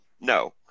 No